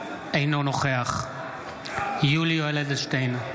אינו נוכח יולי יואל אדלשטיין,